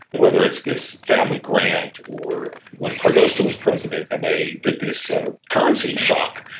whether it's this family grant, or when cardoso was president and they did this ah currency shock,